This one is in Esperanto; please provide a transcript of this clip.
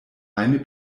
hejme